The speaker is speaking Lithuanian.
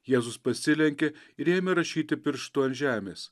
jėzus pasilenkė ir ėmė rašyti pirštu ant žemės